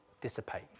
dissipate